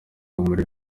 umurerwa